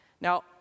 Now